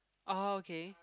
oh okay